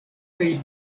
kaj